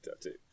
tattoo